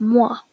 Moi